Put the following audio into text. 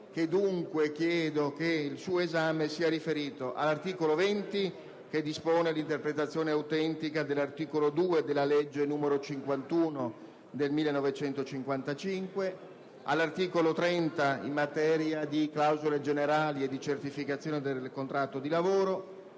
dunque chiedo che l'esame del disegno di legge sia limitato: all'articolo 20, che dispone l'interpretazione autentica dell'articolo 2 della legge n. 51 del 1955; all'articolo 30 in materia di clausole generali e di certificazione del contratto di lavoro;